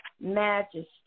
majesty